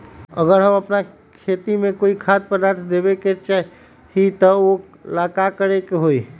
अगर हम अपना खेती में कोइ खाद्य पदार्थ देबे के चाही त वो ला का करे के होई?